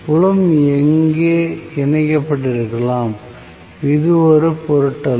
புலம் இங்கே இணைக்கப்பட்டிருக்கலாம் அது ஒரு பொருட்டல்ல